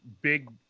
big